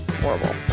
horrible